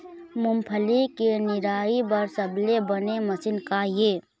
मूंगफली के निराई बर सबले बने मशीन का ये?